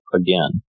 again